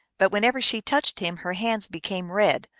but whenever she touched him her hands became red,